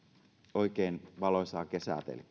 oikein valoisaa kesää teille